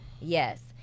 Yes